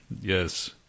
yes